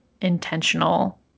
intentional